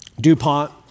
DuPont